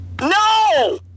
No